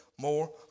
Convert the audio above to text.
More